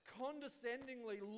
condescendingly